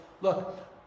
look